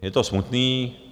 Je to smutné.